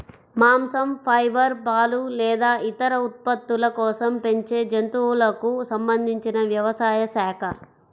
మాంసం, ఫైబర్, పాలు లేదా ఇతర ఉత్పత్తుల కోసం పెంచే జంతువులకు సంబంధించిన వ్యవసాయ శాఖ